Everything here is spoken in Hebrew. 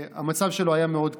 המצב שלו היה מאוד קשה.